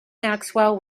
maxwell